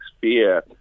fear